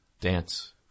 Dance